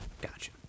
gotcha